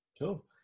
cool